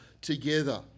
together